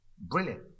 Brilliant